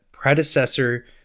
predecessor